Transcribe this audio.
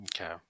okay